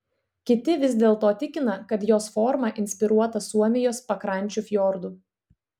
kiti vis dėlto tikina kad jos forma inspiruota suomijos pakrančių fjordų